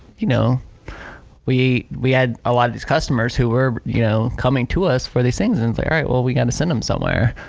you know we we had a lot of these customers who were you know coming to us for these things and it's like, all right, well we gotta send them somewhere.